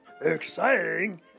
exciting